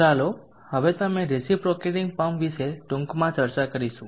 ચાલો હવે તમે રેસીપ્રોકેટીગ પંપ વિશે ટૂંકમાં ચર્ચા કરીશું